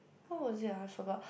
what was it I forgot